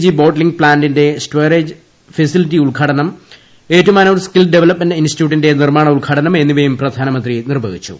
G bottling പ്ലൂന്റ്റ്ള്ളിക്കുറ്റു storage facility ഉദ്ഘാടനം Ettumanoor skill ർഖ്ല്പ്ലപ്മെന്റ് ഇൻസ്റ്റിറ്റ്യൂട്ടിന്റെ നിർമ്മാണ ഉദ്ഘാടനം എന്നിവയും പ്രിപ്രാർനമന്ത്രി നിർവ്വഹിച്ചു